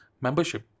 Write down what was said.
membership